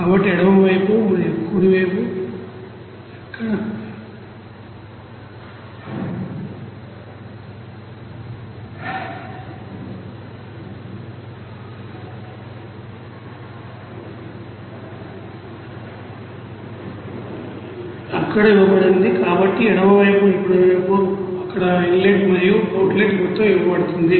కాబట్టి ఎడమ వైపు మరియు కుడి వైపున అక్కడ ఇన్లెట్ మరియు అవుట్లెట్ మొత్తం ఇవ్వబడుతుంది